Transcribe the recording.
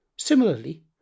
Similarly